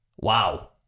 Wow